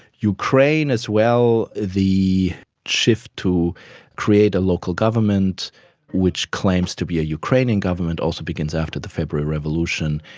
ukraine as well, the shift to create a local government which claims to be a ukrainian government also begins after the february revolution,